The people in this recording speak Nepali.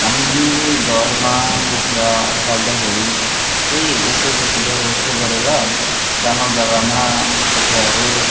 हामीले घरमा कुखुरा पाल्दाखेरि चाहिँ यसो त्यसो जसोतसो गरेर सानो जग्गामा कुखुराहरू